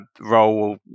role